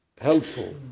helpful